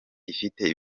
ifite